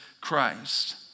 Christ